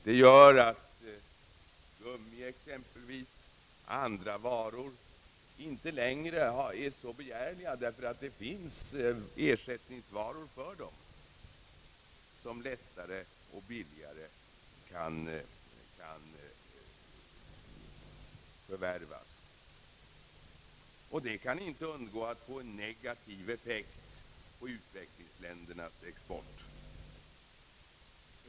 Detta gör att exempelvis gummi och andra varor inte längre är så begärliga, eftersom det finns ersättningsvaror som lättare och billigare kan förvärvas. Detta kan inte undgå att få en negativ effekt på utvecklingsländernas export.